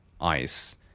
ice